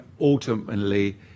ultimately